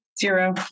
Zero